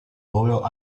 loro